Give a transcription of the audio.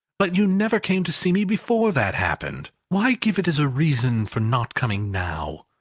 but you never came to see me before that happened. why give it as a reason for not coming now?